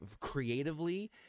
creatively